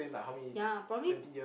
ya probably